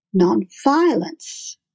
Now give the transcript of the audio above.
nonviolence